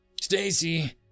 Stacy